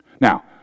Now